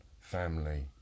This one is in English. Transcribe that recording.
family